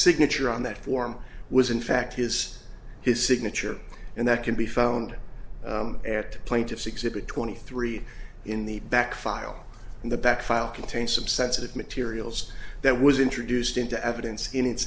signature on that form was in fact his his signature and that can be found at the plaintiff's exhibit twenty three in the back file in the back file contains some sensitive materials that was introduced into evidence in its